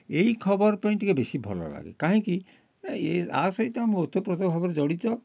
ଏଇ ଖବର ପାଇଁ ଟିକେ ବେଶି ଭଲ ଲାଗେ କାହିଁକି ନା ଏଇଆ ସହିତ ମୁଁ ଉତପ୍ରୋତ ଭାବରେ ଜଡ଼ିତ